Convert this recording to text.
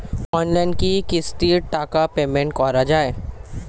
অনলাইনে কি কিস্তির টাকা পেমেন্ট করা যায়?